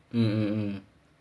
um um